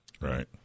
Right